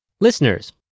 Listeners